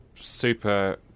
super